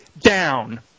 down